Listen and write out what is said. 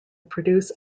produce